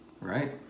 Right